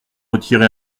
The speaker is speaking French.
retiré